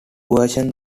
version